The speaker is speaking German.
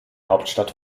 hauptstadt